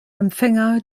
empfänger